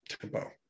tempo